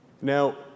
Now